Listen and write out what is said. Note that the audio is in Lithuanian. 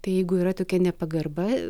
tai jeigu yra tokia nepagarba